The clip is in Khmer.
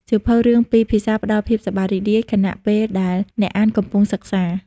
សៀវភៅរឿងពីរភាសាផ្តល់ភាពសប្បាយរីករាយ ខណៈពេលដែលអ្នកអានកំពុងសិក្សា។